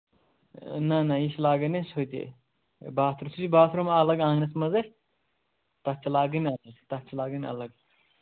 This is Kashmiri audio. نہَ نہَ یہِ چھِ لاگٕنۍ اَسہِ ہُتہِ باتھ روٗم سُہ چھُ باتھ روٗم اَلگ آنٛگنَس منٛز اَسہِ تَتھ چھِ لاگٕنۍ اَلگ تَتھ چھِ لاگٕنۍ اَلگ